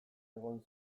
egon